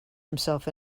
himself